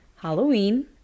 Halloween